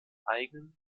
eigenen